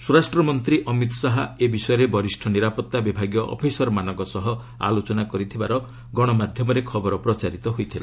ସ୍ୱରାଷ୍ଟ୍ର ମନ୍ତ୍ରୀ ଅମିତ୍ ଶାହା ଏ ବିଷୟରେ ବରିଷ୍ଠ ନିରାପତ୍ତା ବିଭାଗୀୟ ଅଫିସରମାନଙ୍କ ସହ ଆଲୋଚନା କରିଥିବାର ଗଣମାଧ୍ୟମରେ ଖବର ପ୍ରଚାରିତ ହୋଇଥିଲା